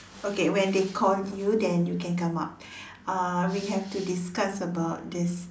okay when they called you then you can come out uh we have to discuss about this